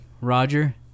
roger